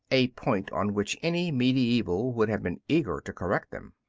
a point on which any mediaeval would have been eager to correct them.